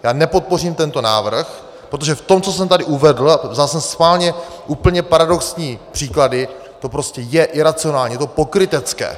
Já nepodpořím tento návrh, protože v tom, co jsem tady uvedl zase schválně úplně paradoxní příklady je to prostě iracionální, je to pokrytecké.